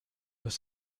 los